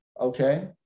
Okay